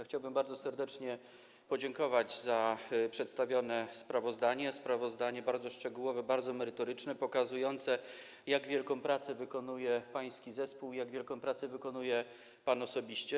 Chciałbym bardzo serdecznie podziękować za przedstawione sprawozdanie, sprawozdanie bardzo szczegółowe, bardzo merytoryczne, pokazujące, jak wielką pracę wykonuje pański zespół i jak wielką pracę wykonuje pan osobiście.